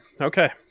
Okay